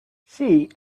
she